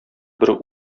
бер